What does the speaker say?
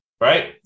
Right